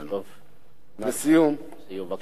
לסיום, בבקשה.